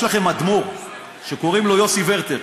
יש לכם אדמו"ר שקוראים לו יוסי ורטר.